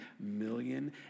million